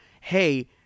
hey